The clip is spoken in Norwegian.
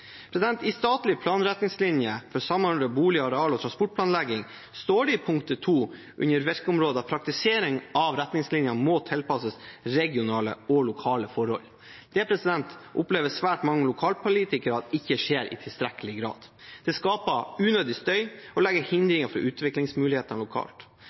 I statlige planretningslinjer for samordnet bolig-, areal- og transportplanlegging står det under 2. Virkeområde: «Praktisering av retningslinjene må tilpasses regionale og lokale forhold.» Det opplever svært mange lokalpolitikere at ikke skjer i tilstrekkelig grad. Det skaper unødig støy og legger hindringer for utviklingsmulighetene lokalt.